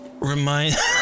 reminds